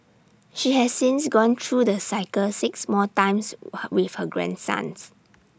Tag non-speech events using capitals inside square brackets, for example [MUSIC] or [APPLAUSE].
she has since gone through the cycle six more times [HESITATION] with her grandsons